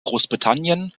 großbritannien